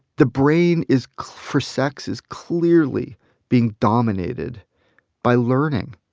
the brain is for sex, is clearly being dominated by learning.